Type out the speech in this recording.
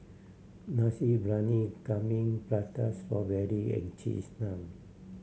Nasi Briyani Kambing Prata Strawberry and Cheese Naan